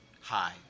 Hi